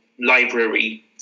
library